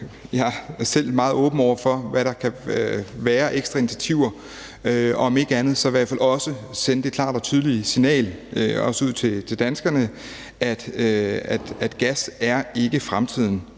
jeg er selv meget åben over for, hvad der kan være af ekstra initiativer, om end ikke andet så også sende det klare og tydelige signal, også ud til danskerne, at gas ikke er fremtiden